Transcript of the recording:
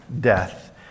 death